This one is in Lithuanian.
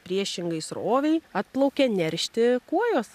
priešingai srovei atplaukia neršti kuojos